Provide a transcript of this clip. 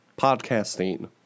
podcasting